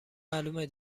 معلومه